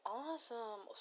awesome